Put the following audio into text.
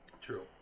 True